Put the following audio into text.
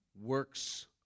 Works